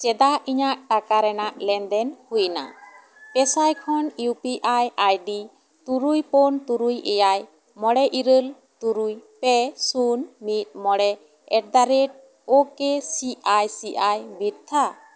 ᱪᱮᱫᱟᱜ ᱤᱧᱟᱹᱜ ᱴᱟᱠᱟ ᱨᱮᱱᱟᱜ ᱞᱮᱱᱫᱮᱱ ᱦᱩᱭ ᱱᱟ ᱯᱮᱥᱟᱭ ᱠᱷᱚᱱ ᱭᱩ ᱯᱤ ᱟᱭ ᱟᱭᱰᱤ ᱛᱩᱨᱩᱭ ᱯᱩᱱ ᱛᱩᱨᱩᱭ ᱮᱭᱟᱭ ᱢᱚᱬᱮ ᱤᱨᱟᱹᱞ ᱛᱩᱨᱩᱭ ᱯᱮ ᱥᱩᱱ ᱢᱤᱫ ᱢᱚᱬᱮ ᱮᱴᱫᱟᱨᱮᱴ ᱳ ᱠᱮ ᱥᱤ ᱟᱭ ᱥᱤ ᱟᱭ ᱵᱤᱨᱛᱷᱟ